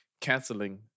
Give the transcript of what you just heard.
canceling